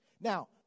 Now